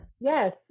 Yes